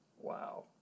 Wow